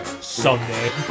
Someday